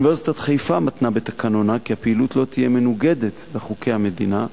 אוניברסיטת חיפה מתנה בתקנונה כי הפעילות לא תהיה מנוגדת לחוקי המדינה,